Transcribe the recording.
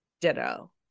Ditto